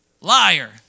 liar